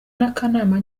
n’akanama